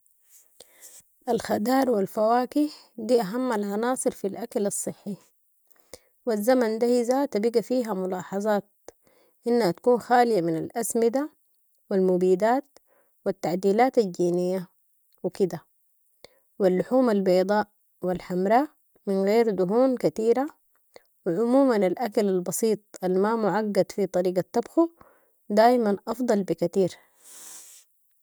الخدار و الفواكه، دي اهم العناصر في الاكل الصحي و الزمن ده هي زاتها بقى فيها ملاحظات، انها تكون خاليه من الاسمده و المبيدات و التعديلات الجينيه و كده و اللحوم البيضاء و الحمرة، من غير دهون كتيرة و عموما الاكل البسيط الما معقد في طريقة طبخو، دايما افضل بكتير.